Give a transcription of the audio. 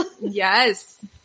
Yes